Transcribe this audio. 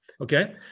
Okay